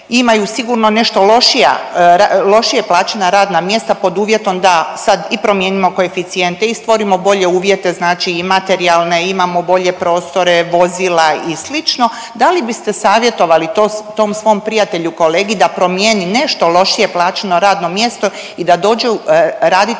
imaju sigurno nešto lošije plaćena radna mjesta pod uvjetom da sad i promijenimo koeficijente i stvorimo bolje uvjete, znači i materijalne, imamo bolje prostore, vozila i sl., da li biste savjetovali tom svom prijatelju kolegi da promijeni nešto lošije plaćeno radno mjesto i da dođe raditi